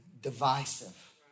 divisive